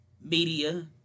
media